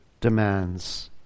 demands